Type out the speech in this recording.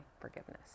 forgiveness